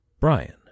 Brian